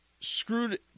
screwed